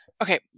Okay